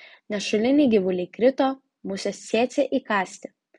nešuliniai gyvuliai krito musės cėcė įkąsti